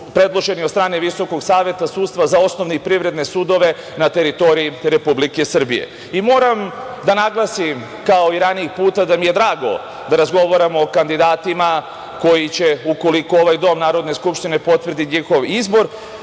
predloženi na predlog VSS, za osnovne i privredne sudove na teritoriji Republike Srbije. Moram da naglasim, kao ranijih puta da mi je drago da razgovaram o kandidatima, koji će ukoliko ovaj dom Narodne skupštine, potvrdi njihov izbor,